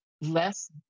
less